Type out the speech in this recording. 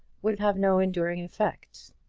would have no enduring effect,